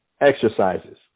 exercises